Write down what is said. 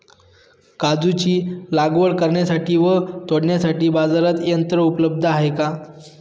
काजूची लागवड करण्यासाठी व तोडण्यासाठी बाजारात यंत्र उपलब्ध आहे का?